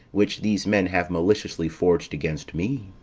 which these men have maliciously forged against me.